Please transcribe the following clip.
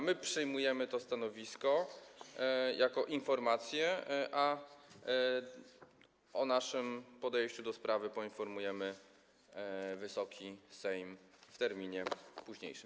My przyjmujemy to stanowisko jako informację, a o naszym podejściu do sprawy poinformujemy Wysoki Sejm w terminie późniejszym.